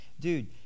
dude